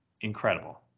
incredible